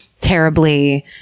terribly